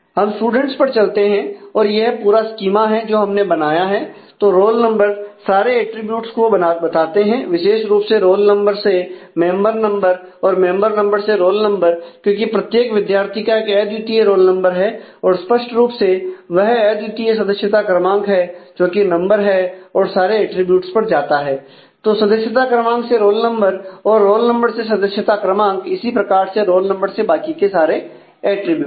हम स्टूडेंट्स पर चलते हैं और यह पूरा स्कीमा है जो हमने बनाया है तो रोल नंबर सारे अटरीब्यूट्स को बताते हैं विशेष रुप से रोल नंबर से मेंबर नंबर और मेंबर नंबर से रोल नंबर क्योंकि प्रत्येक विद्यार्थी का एक अद्वितीय रोल नंबर है और स्पष्ट रूप से वह अद्वितीय सदस्यता क्रमांक है जो कि नंबर है और सारे एट्रिब्यूट्स पर जाता है तो सदस्यता क्रमांक से रोल नंबर और रोल नंबर से सदस्यता क्रमांक इसी प्रकार से रोल नंबर से बाकी के सारे अटरीब्यूट्स